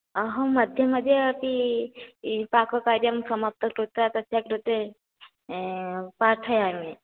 अहं मध्ये मध्ये अपि पाककार्यं समाप्तौ कृत्वा तस्य कृते पाठयामि